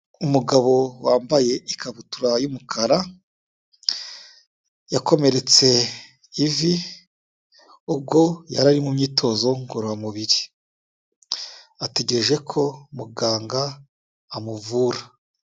Umugabo wambaye ikabutura y'umukara, yakomeretse ivi ubwo yari ari mu myitozo ngororamubiri, ategereje ko muganga amuvura.